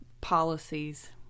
policies